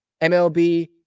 MLB